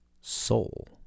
soul